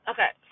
Okay